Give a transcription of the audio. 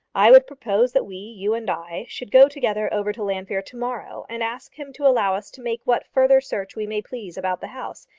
i would propose that we, you and i, should go together over to llanfeare to-morrow and ask him to allow us to make what further search we may please about the house.